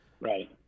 Right